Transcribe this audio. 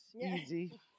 Easy